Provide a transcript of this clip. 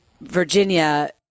Virginia